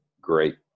great